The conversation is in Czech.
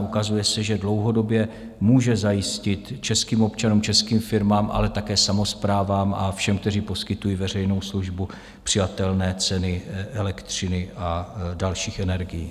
Ukazuje se, že dlouhodobě může zajistit českým občanům, českým firmám, ale také samosprávám a všem, kteří poskytují veřejnou službu, přijatelné ceny elektřiny a dalších energií.